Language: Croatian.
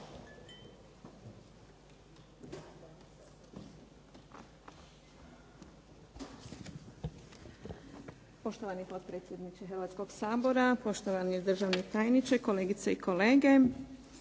Poštovani potpredsjedniče Hrvatskog sabora, poštovani državni tajniče, kolegice i kolege.